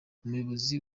umuyobozi